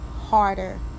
harder